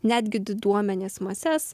netgi diduomenės mases